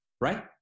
right